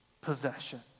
possession